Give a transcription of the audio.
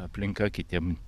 aplinka kitiem